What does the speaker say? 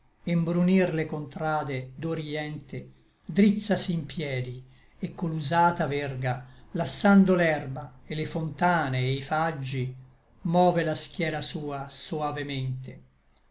e nbrunir le contrade d'orïente drizzasi in piedi et co l'usata verga lassando l'erba et le fontane e i faggi move la schiera sua soavemente